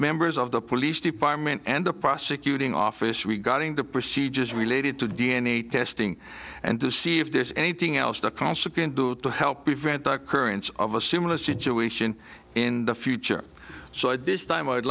members of the police department and the prosecuting office regarding the procedures related to d n a testing and to see if there's anything else the consequent do to help prevent occurrence of a similar situation in the future so at this time i'd